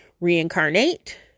reincarnate